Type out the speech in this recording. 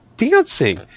dancing